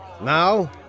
Now